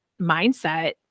mindset